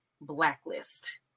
Blacklist